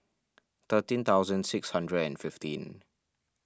thirteen thousand six hundred and fifteen